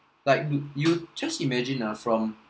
like you you just imagine ah from